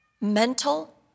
mental